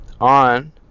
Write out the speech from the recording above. on